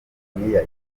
tanzaniya